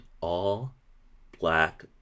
all-black